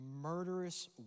murderous